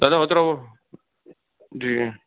दादा ओतिरो जी